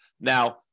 Now